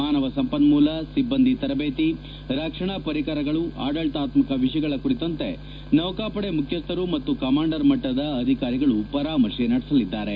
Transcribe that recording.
ಮಾನವ ಸಂಪನ್ನೂಲ ಸಿಭ್ಗಂದಿ ತರಬೇತಿ ರಕ್ಷಣಾ ಪರಿಕರಗಳು ಆಡಳಿತಾತ್ತಕ ವಿಷಯಗಳ ಕುರಿತಂತೆ ನೌಕಾಪಡೆ ಮುಖ್ಯಸ್ಲರು ಮತ್ತು ಕಮಾಂಡರ್ ಮಟ್ಲದ ಅಧಿಕಾರಿಗಳು ಪರಾಮರ್ತೆ ನಡೆಸಲಿದ್ದಾರೆ